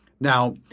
Now